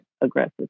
aggressive